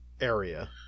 area